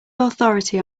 authority